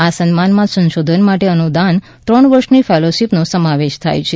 આ સન્માનમાં સંશોધન માટે અનુદાન ત્રણ વર્ષની ફેલોશીપનો સમાવેશ થાય છે